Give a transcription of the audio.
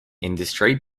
industry